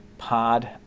Pod